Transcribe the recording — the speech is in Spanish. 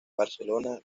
barcelona